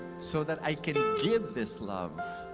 so that, i can give this love,